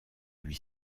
lui